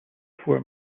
four